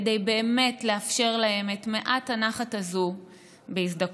כדי באמת לאפשר להם את מעט הנחת הזאת בהזדקנותם.